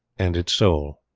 and its soul.